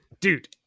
Dude